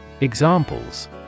Examples